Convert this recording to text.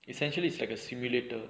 essentially is like a simulator